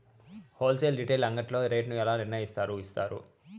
Whole sale retail అంగడ్లలో rate ను ఎలా నిర్ణయిస్తారు యిస్తారు?